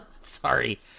Sorry